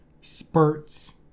spurts